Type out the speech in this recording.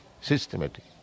systematically